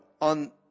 on